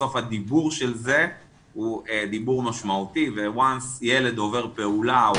בסוף הדיבור של זה הוא דיבור משמעותי וברגע שילד עובר פעולה או